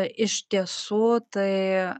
iš tiesų tai